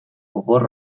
opor